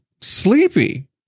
sleepy